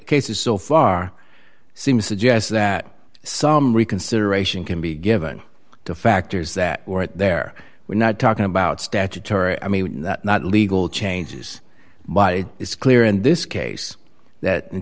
cases so far seems suggest that some reconsideration can be given to factors that weren't there we're not talking about statutory i mean that not legal changes my it's clear in this case that in